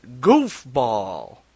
Goofball